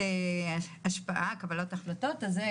סגן השרה.